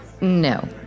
No